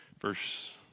Verse